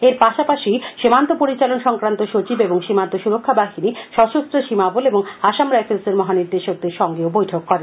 এর পাশাপাশি সীমান্ত পরিচালন সংক্রান্ত সচিব এবং সীমান্ত সুরক্ষা বাহিনী স্বশস্ত্র সীমাবল ও আসাম রাইফেলস এর মহানির্দেশকদের সঙ্গেও বৈঠক করেন